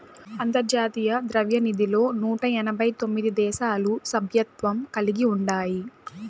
అంతర్జాతీయ ద్రవ్యనిధిలో నూట ఎనబై తొమిది దేశాలు సభ్యత్వం కలిగి ఉండాయి